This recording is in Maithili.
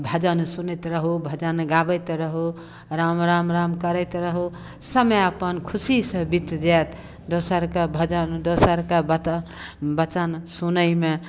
भजन सुनैत रहू भजन गाबैत रहू राम राम राम करैत रहू समय अपन खुशीसँ बीत जायत दोसरके भजन दोसरके बतन वचन सुनयमे